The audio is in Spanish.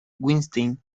weinstein